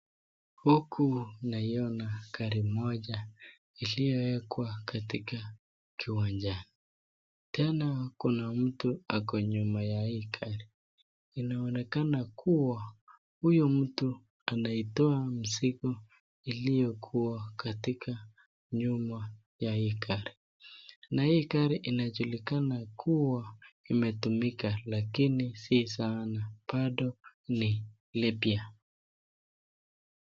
Huku naiona gari moja iliyowekwa katika kiwanjani. Tena kuna mtu ako nyuma ya hii gari. Inaonekana kuwa huyu mtu anaitoa mzigo iliyokuwa katika nyuma ya hii gari. Na hii gari inajulikana kuwa imetumika lakini si sana. Bado ni lipya.